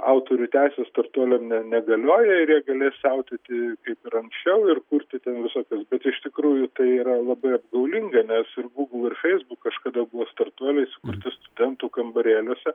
autorių teisių startuoliam ne negalioja ir jie galės siautėti kaip ir anksčiau ir kurti ten visokius bet iš tikrųjų tai yra labai apgaulinga nes ir gūgl ir feisbuk kažkada buvo startuoliais sukurti studentų kambarėliuose